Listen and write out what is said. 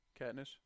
Katniss